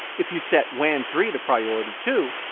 if you set wan three to priority two,